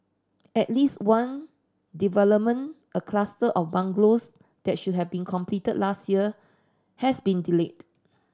at least one development a cluster of bungalows that should have been completed last year has been delayed